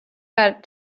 got